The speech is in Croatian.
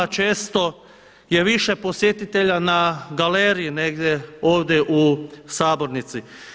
Često je više posjetitelja na galeriji negdje ovdje u sabornici.